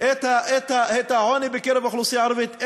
את העוני בקרב האוכלוסייה הערבית.